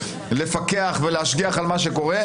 לפקח ולהשגיח על מה שקורה.